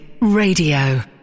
Radio